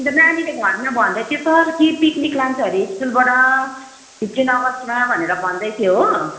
अन्त नानीले घरमा भन्दैथ्यो सर कि पिक्निक लान्छ अरे स्कुलबाट फिफ्टिन अगस्तमा भनेर भन्दैथ्यो हो